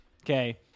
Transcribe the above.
Okay